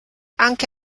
anche